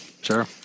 sure